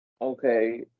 Okay